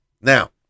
Now